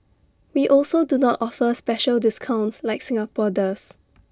we also do not offer special discounts like Singapore does